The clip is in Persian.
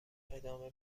ادامه